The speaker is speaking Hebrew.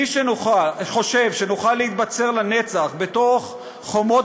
מי שחושב שנוכל להתבצר לנצח בתוך חומות